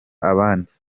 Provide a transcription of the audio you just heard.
abandi